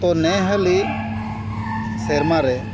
ᱛᱚ ᱱᱮ ᱦᱟᱹᱞᱤ ᱥᱮᱨᱢᱟ ᱨᱮ